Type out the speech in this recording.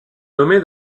nommé